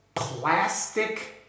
plastic